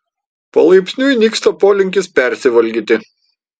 palaipsniui nyksta polinkis persivalgyti